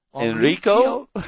Enrico